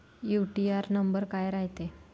UTR number काय रायते?